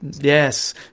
Yes